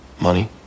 Money